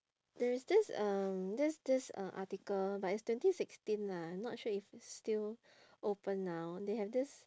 there is this uh this this uh article but it's twenty sixteen lah not sure if it's still open now they have this